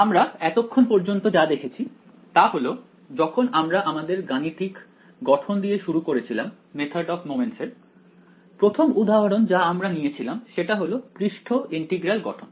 আমরা এতক্ষণ পর্যন্ত যা দেখেছি তা হল যখন আমরা আমাদের গাণিতিক গঠন দিয়ে শুরু করেছিলাম মেথদ অফ মোমেন্টস এর প্রথম উদাহরণ যা আমরা নিয়েছিলাম সেটা হল পৃষ্ঠ ইন্টিগ্রাল গঠন